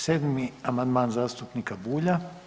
7. amandman zastupnika Bulja.